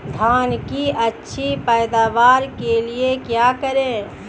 धान की अच्छी पैदावार के लिए क्या करें?